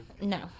No